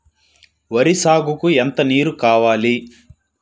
వరి సాగుకు ఎంత నీరు కావాలి?